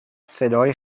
صدای